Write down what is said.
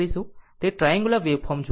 તે ટ્રાન્ગુલર વેવરૂપ જુઓ